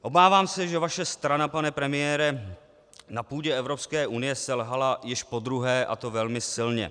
Obávám se, že vaše strana, pane premiére, na půdě Evropské unie selhala již podruhé, a to velmi silně.